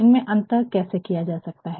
इनमें अंतर कैसे किया जा सकता है